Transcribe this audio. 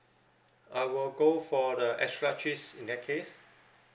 I will go for the extra cheese in that case